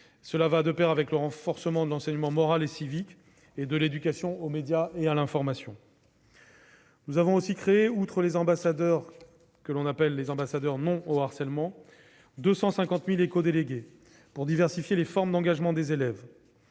cela va de pair avec le renforcement de l'enseignement moral et civique et de l'éducation aux médias et à l'information. Nous avons par ailleurs créé, outre les ambassadeurs « Non au harcèlement », 250 000 écodélégués, afin de diversifier les formes d'engagement des élèves.